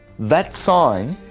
that sign,